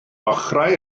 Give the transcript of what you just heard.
ochrau